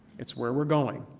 it's where we're going.